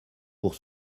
pour